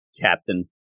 captain